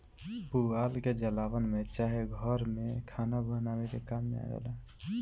पुआल के जलावन में चाहे घर में खाना बनावे के काम आवेला